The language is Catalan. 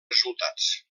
resultats